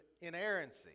inerrancy